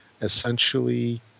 essentially